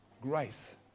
grace